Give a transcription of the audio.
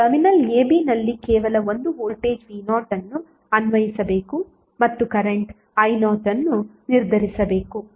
ನೀವು ಟರ್ಮಿನಲ್ abನಲ್ಲಿ ಕೇವಲ ಒಂದು ವೋಲ್ಟೇಜ್v0 ಅನ್ನು ಅನ್ವಯಿಸಬೇಕು ಮತ್ತು ಕರೆಂಟ್ i0 ಅನ್ನು ನಿರ್ಧರಿಸಬೇಕು